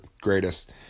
greatest